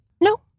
No